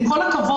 עם כל הכבוד,